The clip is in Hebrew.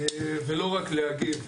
ולא רק להגיב.